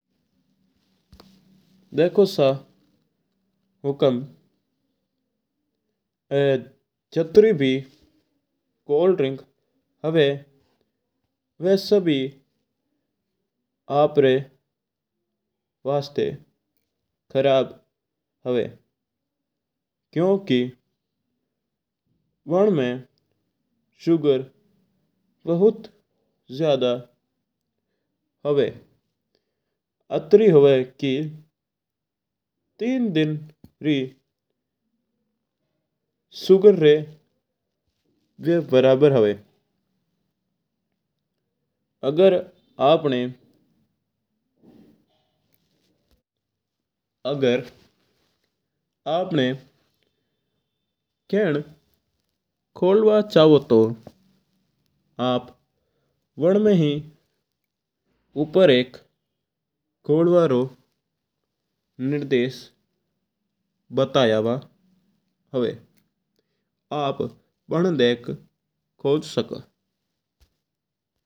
देखो सा हुकम जातरी भी कोल्ड ड्रिंक हूवा वा सभी आपरी वस्ता खराब हूवा। क्युकी वनमा शुगर भुत ज्यादा हूवा आत्री हूवा की तीन दिन री शुगर री वा बराबर हूवा है। आग्गर आपणा केन खोलवा चाऊं तू बन्न मई ही उपर एक खोलना रू निर्दश बतायदा हूवा है।